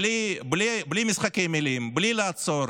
בלי משחקי מילים, בלי לעצור